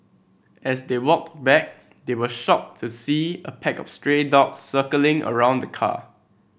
as they walked back they were shocked to see a pack of stray dogs circling around the car